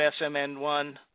SMN1